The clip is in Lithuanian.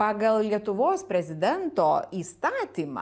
pagal lietuvos prezidento įstatymą